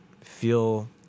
feel